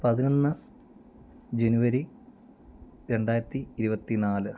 പതിനൊന്ന് ജനുവരി രണ്ടായിരത്തി ഇരുപത്തിനാല്